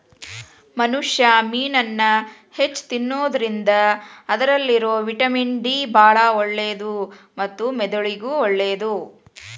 ಮನುಷ್ಯಾ ಮೇನನ್ನ ಹೆಚ್ಚ್ ತಿನ್ನೋದ್ರಿಂದ ಅದ್ರಲ್ಲಿರೋ ವಿಟಮಿನ್ ಡಿ ಬಾಳ ಒಳ್ಳೇದು ಮತ್ತ ಮೆದುಳಿಗೂ ಒಳ್ಳೇದು